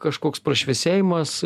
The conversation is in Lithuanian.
kažkoks prašviesėjimas